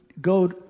go